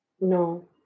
No